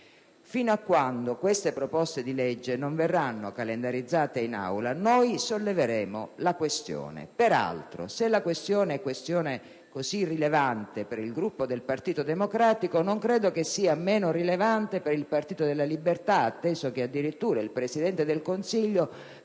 Fino a quando essi non verranno calendarizzati in Aula noi solleveremo la questione. Peraltro, se si tratta di una questione così rilevante per il Gruppo del Partito Democratico, non credo sia meno rilevante per il Popolo della Libertà, atteso che addirittura il Presidente del Consiglio